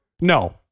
No